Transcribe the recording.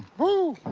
whoo!